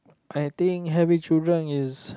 I think having children is